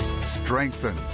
strengthen